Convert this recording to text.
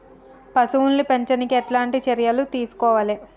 పశువుల్ని పెంచనీకి ఎట్లాంటి చర్యలు తీసుకోవాలే?